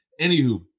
anywho